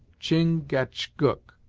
chin-gach-gook,